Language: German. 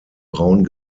braun